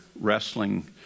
wrestling